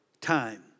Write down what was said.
time